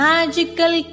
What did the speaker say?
Magical